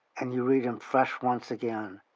and you read them fresh once again,